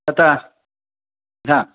तथा हा